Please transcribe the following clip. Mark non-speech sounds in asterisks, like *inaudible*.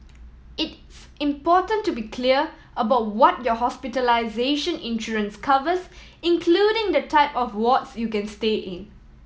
it *unintelligible* important to be clear about what your hospitalization insurance covers including the type of wards you can stay in